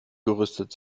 gerüstet